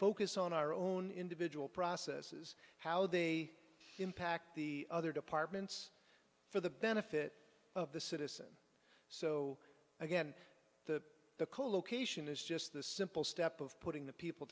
focus on our own individual processes how they impact the other departments for the benefit of the citizen so again the the colocation is just the simple step of putting the people